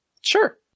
Sure